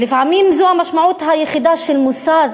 ולפעמים זו המשמעות היחידה של מוסר